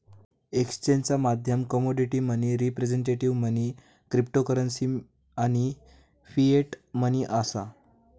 एक्सचेंजचा माध्यम commodity money, representative money, cryptocurrency आणि फिएट मनी असा